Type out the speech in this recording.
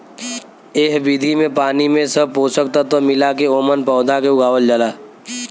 एह विधि में पानी में सब पोषक तत्व मिला के ओमन पौधा के उगावल जाला